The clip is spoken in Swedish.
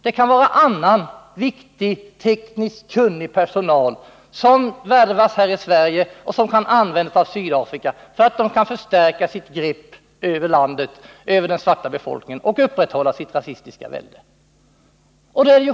Det kan vara annan viktig tekniskt kunnig personal som värvas här i Sverige och som Sydafrika kan använda för att stärka sitt grepp över den svarta befolkningen och upprätthålla sitt rasistiska välde i landet.